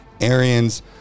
Arians